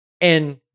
And-